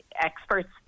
experts